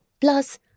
Plus